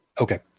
Okay